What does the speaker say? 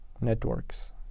networks